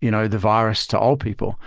you know the virus to old people.